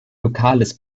lokales